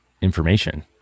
information